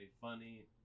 funny